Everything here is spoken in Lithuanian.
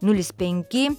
nulis penki